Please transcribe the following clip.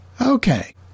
Okay